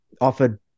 offered